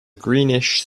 greenish